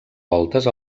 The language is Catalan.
voltes